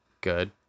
Good